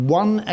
one